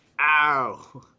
Ow